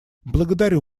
благодарю